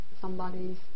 somebody's